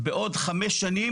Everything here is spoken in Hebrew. בעוד חמש שנים,